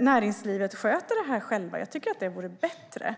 näringslivet sköter det här självt. Jag tycker att det vore bättre.